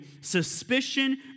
suspicion